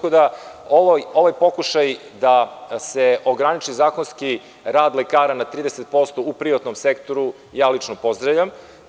Ovaj pokušaj da se ograniči zakonski rad lekara na 30% u privatnom sektoru lično pozdravljam.